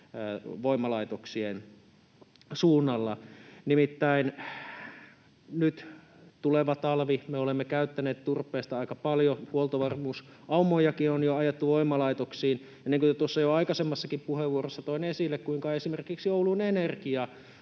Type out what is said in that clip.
voimalaitoksien suunnalla. Nimittäin me olemme käyttäneet turpeesta aika paljon, huoltovarmuusaumojakin on jo ajettu voimalaitoksiin, ja niin kuin jo aikaisemmassakin puheenvuorossa toin esille, kun esimerkiksi Oulun Energia